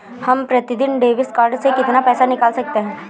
हम प्रतिदिन debit card से कितना पैसा निकाल सकते हैं?